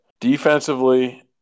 Defensively